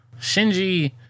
Shinji